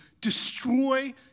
destroy